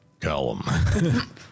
Callum